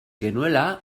genuela